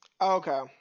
Okay